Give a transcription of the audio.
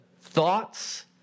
thoughts